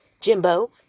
Jimbo